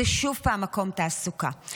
שוב, מקום תעסוקה.